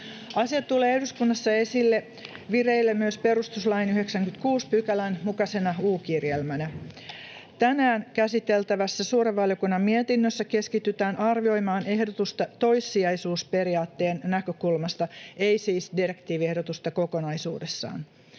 Asia tulee eduskunnassa vireille myös perustuslain 96 §:n mukaisena U-kirjelmänä. Tänään käsiteltävässä suuren valiokunnan mietinnössä keskitytään arvioimaan ehdotusta toissijaisuusperiaatteen näkökulmasta, ei siis direktiiviehdotusta kokonaisuudessaan.